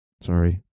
Sorry